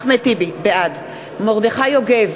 בעד מרדכי יוגב,